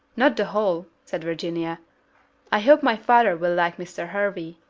not the whole, said virginia i hope my father will like mr. hervey.